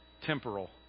temporal